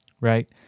right